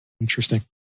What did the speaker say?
Interesting